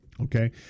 Okay